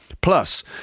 Plus